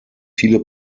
viele